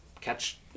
catch